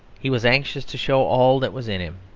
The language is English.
he was anxious to show all that was in him.